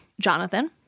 Jonathan